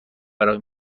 برای